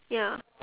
ya